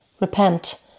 Repent